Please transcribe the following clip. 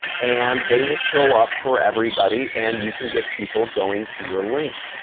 and they will show up for everybody. and you can get people going to your links.